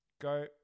go